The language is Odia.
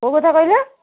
କେଉଁ କଥା କହିଲ